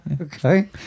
okay